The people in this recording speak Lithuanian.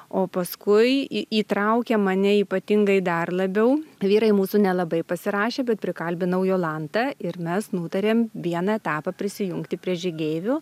o paskui į įtraukė mane ypatingai dar labiau vyrai mūsų nelabai pasirašė bet prikalbinau jolanta ir mes nutarėm vieną etapą prisijungti prie žygeivių